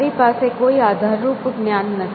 તમારી પાસે કોઈ આધાર રૂપ જ્ઞાન નથી